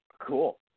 Cool